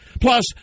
Plus